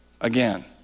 again